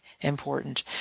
important